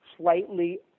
slightly